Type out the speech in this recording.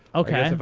ok.